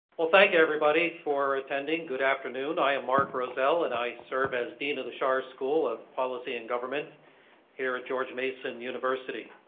well, thank everybody for attending. good afternoon. i am mark rozell and i serve as dean of the schar school of policy and government here at george mason university.